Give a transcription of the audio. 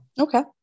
Okay